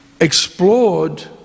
explored